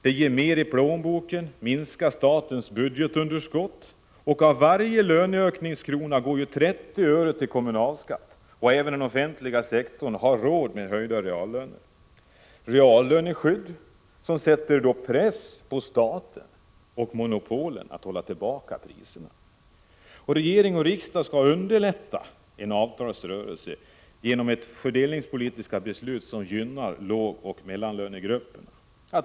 Det ger mer i plånboken, minskar statens budgetunderskott och av varje löneökningskrona går 30 öre till kommunalskatt. Även den offentliga sektorn har råd med höjda reallöner. Reallöneskydd som sätter press på staten och monopolen att hålla priserna nere. Regering och riksdag skall underlätta en sådan avtalsrörelse genom fördelningspolitiska beslut som gynnar lågoch mellanlönegrupperna.